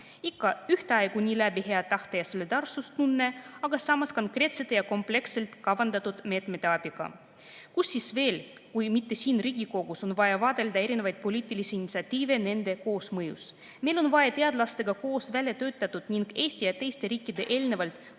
ikka ühtaegu läbi hea tahte ja solidaarsustunde, aga samas konkreetsete ja kompleksselt kavandatud meetmete abiga? Kus siis veel kui mitte siin Riigikogus on vaja vaadelda erinevaid poliitilisi initsiatiive nende koosmõjus. Meil on vaja teadlastega koos väljatöötatud ning Eesti ja teiste riikide eelnevat